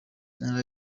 intara